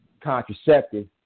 contraceptive